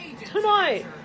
tonight